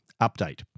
update